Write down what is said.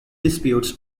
disputes